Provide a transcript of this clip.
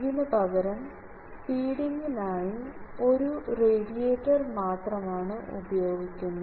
ഇതിനുപകരം ഫീഡിങ്ങിന് ആയി ഒരു റേഡിയേറ്റർ മാത്രമാണ് ഉപയോഗിക്കുന്നത്